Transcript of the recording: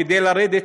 כדי לרדת,